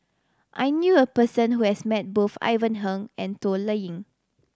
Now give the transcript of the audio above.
I knew a person who has met both Ivan Heng and Toh Liying